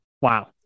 Wow